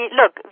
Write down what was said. look